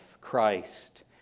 Christ